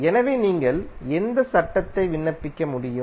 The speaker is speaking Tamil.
எனவே நீங்கள் எந்த சட்டத்தை விண்ணப்பிக்க முடியும்